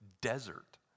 desert